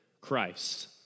Christ